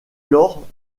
lors